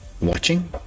watching